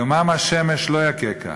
יומם השמש לא יככה